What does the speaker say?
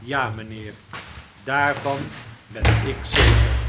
ja mijnheer daarvan ben ik zeker